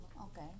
Okay